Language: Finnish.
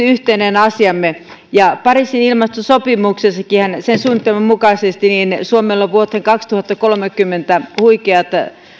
yhteinen asiamme pariisin ilmastosopimuksen suunnitelman mukaisesti suomella on vuoteen kaksituhattakolmekymmentä mennessä huikeat